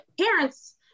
parents